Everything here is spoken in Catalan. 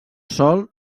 sol